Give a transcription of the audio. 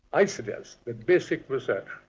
i suggest that basic research,